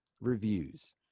reviews